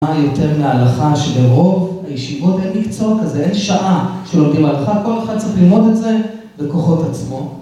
מה יותר מההלכה שברוב הישיבות אין מקצוע כזה, אין שעה שלומדים הלכה, כל אחד צריך ללמוד את זה בכוחות עצמו.